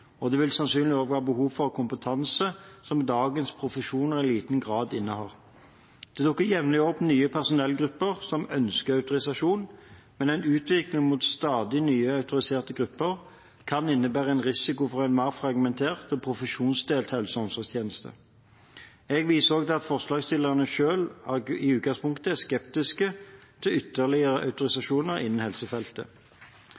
og det vil sannsynligvis også være behov for kompetanse som dagens profesjoner i liten grad innehar. Det dukker jevnlig opp nye personellgrupper som ønsker autorisasjon, men en utvikling mot stadig nye autoriserte grupper kan innebære risiko for en mer fragmentert og profesjonsdelt helse- og omsorgstjeneste. Jeg viser også til at forslagsstillerne selv i utgangspunktet er skeptiske til ytterligere autorisasjoner innen helsefeltet